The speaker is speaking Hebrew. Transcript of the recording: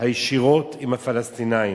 הישירות עם הפלסטינים.